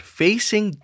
facing